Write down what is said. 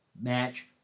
match